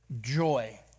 joy